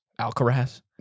Alcaraz